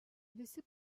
visi